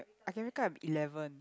I can wake up at eleven